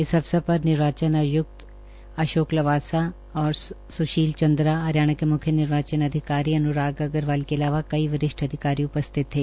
इस अवसर पर निर्वाचन आयक्त श्री अशोक लवासा और श्री सुशील चंद्रा हरियाणा के म्ख्य निर्वाचन अधिकारी श्री अन्राग अग्रवाल के अलावा कई वरिष्ठ अधिकारी उपस्थित थे